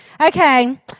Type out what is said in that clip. Okay